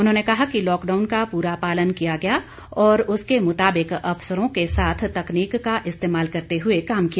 उन्होंने कहा कि लाकडाउन का पूरा पालन किया गया और उसके मुताबिक अफसरों के साथ तकनीक का इस्तेमाल करते हुए काम किया